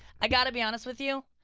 i've got to be honest with you,